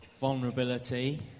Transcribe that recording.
vulnerability